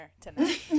tonight